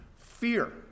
Fear